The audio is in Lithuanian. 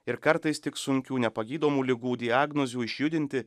ir kartais tik sunkių nepagydomų ligų diagnozių išjudinti